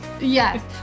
Yes